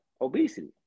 obesity